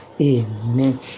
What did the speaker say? Amen